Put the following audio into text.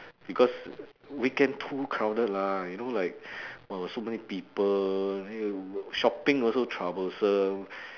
because weekend too crowded lah you know like uh so many people shopping also troublesome